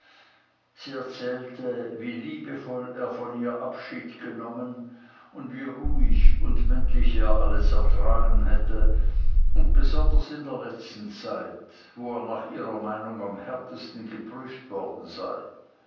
sie erzählte wie liebevoll er von ihr abschied genommen und wie ruhig und männlich er alles ertragen hätte und besonders in der letzten zeit wo er nach ihrer meinung am härtesten geprüft worden sei